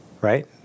right